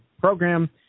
Program